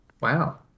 wow